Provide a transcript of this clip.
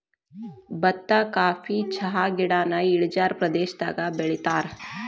ಬತ್ತಾ ಕಾಫಿ ಚಹಾಗಿಡಾನ ಇಳಿಜಾರ ಪ್ರದೇಶದಾಗ ಬೆಳಿತಾರ